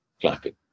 clapping